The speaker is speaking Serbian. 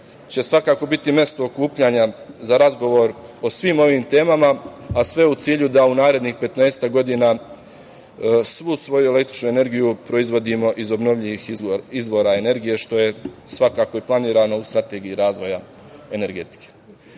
će svakako biti mesto okupljanja za razgovor o svim ovim temama, a sve u cilju da u narednih 15-ak godina svu svoju električnu energiju proizvodimo iz obnovljivih izvora energije, što je svakako i planirano u Strategiji razvoja energetike. Na